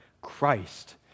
Christ